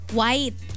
white